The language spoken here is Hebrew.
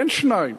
אין שניים.